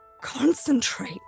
concentrate